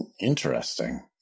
Interesting